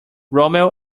romeo